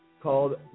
called